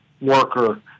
worker